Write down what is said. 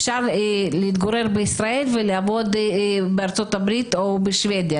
אפשר להתגורר בישראל ולעבוד בארה"ב או בשבדיה,